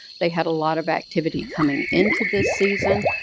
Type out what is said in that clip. they had a lot of activity coming into this season.